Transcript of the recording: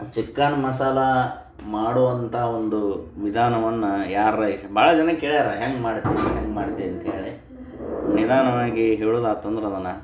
chicken ಮಸಾಲೆ ಮಾಡುವಂಥ ಒಂದು ವಿಧಾನವನ್ನು ಯಾರಾರೂ ಭಾಳ ಜನ ಕೇಳ್ಯಾರೆ ಹೆಂಗೆ ಮಾಡ್ತಿ ಹೆಂಗೆ ಮಾಡ್ತಿ ಅಂತೇಳಿ ನಿಧಾನವಾಗಿ ಹೇಳೋದಾತ್ ಅಂದ್ರೆ ಅದನ್ನು